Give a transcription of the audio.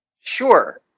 Sure